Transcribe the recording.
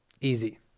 Easy